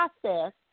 process